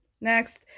Next